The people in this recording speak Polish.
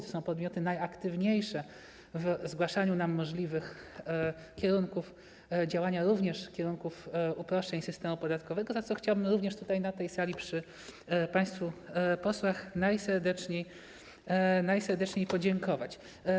To są podmioty najaktywniejsze w zgłaszaniu nam możliwych kierunków działania, również kierunków w zakresie uproszczeń systemu podatkowego, za co chciałbym także tutaj, na tej sali, przy państwu posłach najserdeczniej podziękować.